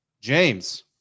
james